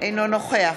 אינו נוכח